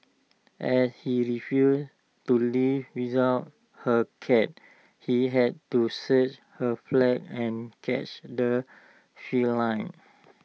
as he refused to leave without her cat he had to search her flat and catch the feline